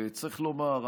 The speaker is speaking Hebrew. וצריך לומר,